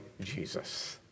Jesus